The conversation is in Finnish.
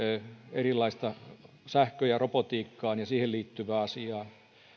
erilaista sähköön ja robotiikkaan ja siihen liittyvää asiaa